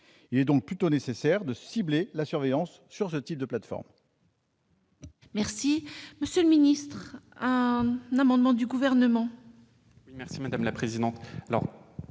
Il est donc nécessaire de cibler la surveillance sur ce type de plateformes.